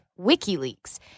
WikiLeaks